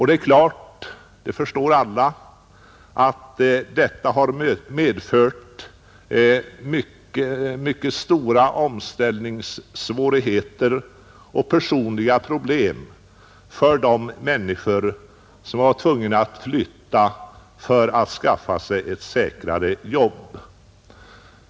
Det är givet, det förstår alla, att detta medfört omställningssvårigheter och personliga problem för de människor som varit tvungna att flytta för att skaffa sig ett säkrare jobb.